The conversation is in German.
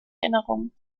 erinnerungen